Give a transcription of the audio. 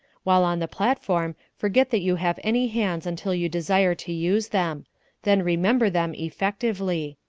while on the platform forget that you have any hands until you desire to use them then remember them effectively.